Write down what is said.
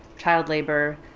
child labor,